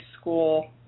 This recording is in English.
school